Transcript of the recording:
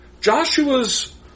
Joshua's